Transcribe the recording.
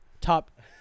top